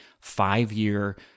five-year